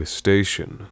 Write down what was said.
station